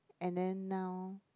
and then now